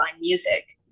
music